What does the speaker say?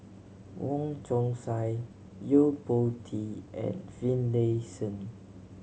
Wong Chong Sai Yo Po Tee and Finlayson